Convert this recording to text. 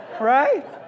right